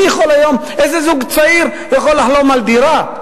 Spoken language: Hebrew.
מי יכול היום, איזה זוג צעיר יכול לחלום על דירה?